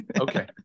Okay